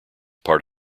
part